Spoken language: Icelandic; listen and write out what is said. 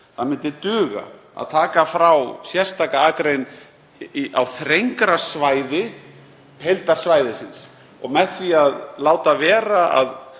Það myndi duga að taka frá sérstaka akrein á þrengra svæði heildarsvæðisins. Með því að láta vera að